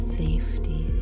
safety